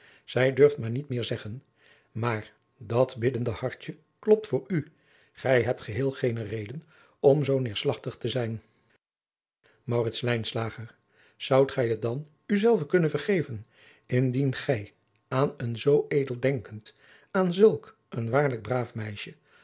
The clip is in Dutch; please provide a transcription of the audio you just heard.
zij durft maar niet meer zeggen maar dat biddende hartje klopt voor u gij hebt geheel geene reden om zoo neerslagtig te zijn maurits lijnslager zoudt gij het dan u zelven kunnen vergeven indien gij aan een zoo edeldenkend aan zulk een waarlijk braaf meisje